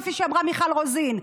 כפי שאמרה מיכל רוזין.